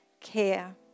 care